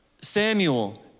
Samuel